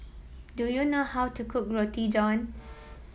do you know how to cook Roti John